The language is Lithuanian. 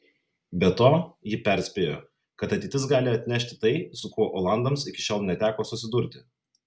be to ji perspėjo kad ateitis gali atnešti tai su kuo olandams iki šiol neteko susidurti